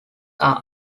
are